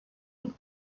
und